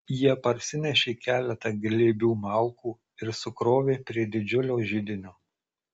jie parsinešė keletą glėbių malkų ir sukrovė prie didžiulio židinio